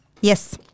yes